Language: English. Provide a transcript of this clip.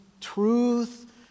truth